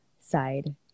side